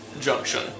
junction